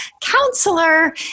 counselor